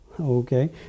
okay